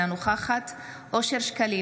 אינה נוכחת אושר שקלים,